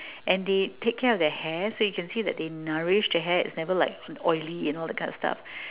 and they take care of their hair so you can see they nourish their hair it's never like oily you know that kind of stuff